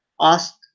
asked